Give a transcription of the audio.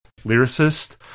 lyricist